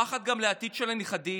פחד גם לעתיד של הנכדים.